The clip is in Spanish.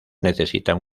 necesitan